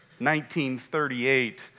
1938